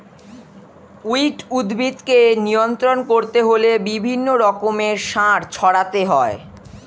weed উদ্ভিদকে নিয়ন্ত্রণ করতে হলে বিভিন্ন রকমের সার ছড়াতে হয়